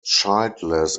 childless